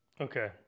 Okay